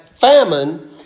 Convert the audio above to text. Famine